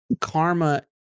karma